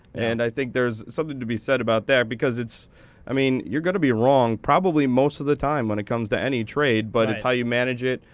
and i think there's something to be said about that, because i mean, you're going to be wrong, probably, most of the time when it comes to any trade, but it's how you manage it.